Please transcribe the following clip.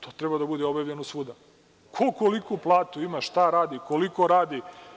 To treba da bude objavljeno svuda, ko koliku platu ima, šta radi, koliko radi.